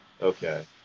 Okay